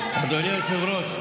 אדוני היושב-ראש,